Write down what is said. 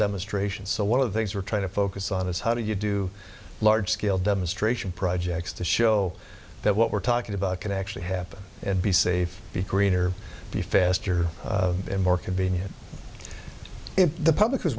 demonstration so one of the things we're trying to focus on is how do you do large scale demonstration projects to show that what we're talking about can actually happen and be safe be greener be faster and more convenient if the public is